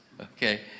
Okay